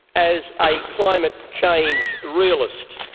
as a climate change realist.